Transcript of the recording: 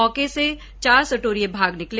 मौके से चार सटोरिये भाग निकले